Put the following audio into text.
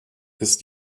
ist